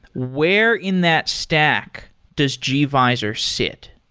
where in that stack does gvisor sit?